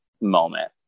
Moment